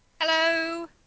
Hello